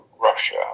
russia